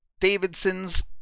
Davidson's